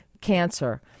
cancer